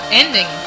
ending